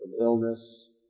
illness